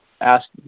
ask